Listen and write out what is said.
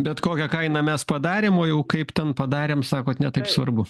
bet kokia kaina mes padarėm o jau kaip ten padarėm sakot ne taip svarbu